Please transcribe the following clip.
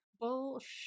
Bullshit